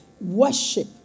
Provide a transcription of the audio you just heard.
worship